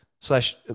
slash